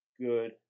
Good